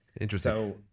Interesting